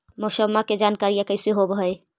मौसमा के जानकारी कैसे होब है?